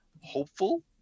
hopeful